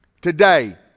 today